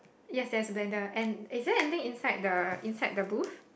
yes there's a blender and is there anything inside the inside the booth